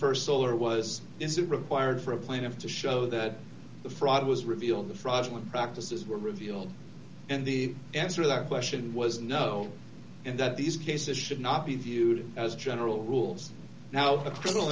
in st solar was is it required for a plaintiff to show that the fraud was revealed the fraudulent practices were revealed and the answer that question was no and that these cases should not be viewed as general rules now a criminal